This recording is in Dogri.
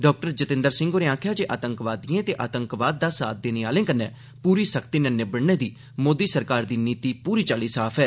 डाक्टर जितेन्द्र सिंह होरें आक्खेया जे आतंकवादियें ते आतंकवाद दा साथ देने आलें कन्नै पूरी सख्ती कन्नै निबड़ने दी मोदी सरकार दी नीति पूरी चाली साफ ऐ